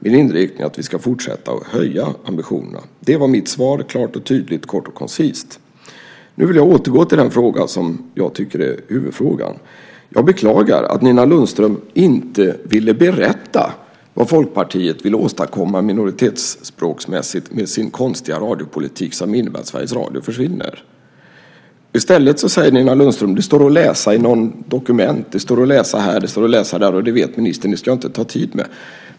Min inriktning är att vi ska fortsätta att höja ambitionerna. Det är mitt svar klart och tydligt, kort och koncist. Nu vill jag återgå till den fråga som jag tycker är huvudfrågan. Jag beklagar att Nina Lundström inte ville berätta vad Folkpartiet ville åstadkomma minoritetsspråksmässigt med sin konstiga radiopolitik som innebär att Sveriges Radios försvinner. I stället säger Nina Lundström att det står att läsa i något dokument. Det står att läsa här och det står att läsa där, och det vet ministern så det ska jag inte ta tid med, säger hon.